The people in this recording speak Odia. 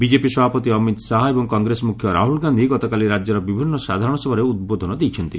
ବିଜେପି ସଭାପତି ଅମିତ ଶାହା ଏବଂ କଂଗ୍ରେସ ମୁଖ୍ୟ ରାହୁଳ ଗାନ୍ଧୀ ଗତକାଲି ରାଜ୍ୟର ବିଭିନ୍ନ ସାଧାରଣ ସଭାରେ ଉଦ୍ବୋଧନ ଦେଇଛନ୍ତି